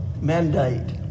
mandate